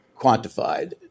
quantified